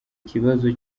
kibazo